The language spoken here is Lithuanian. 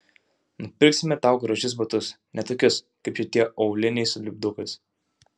nupirksime tau gražius batus ne tokius kaip šitie auliniai su lipdukais